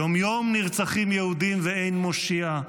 יום-יום נרצחים יהודים ואין מושיע,